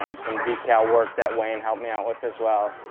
um some decal work that wayne helped me out with as well.